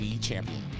champion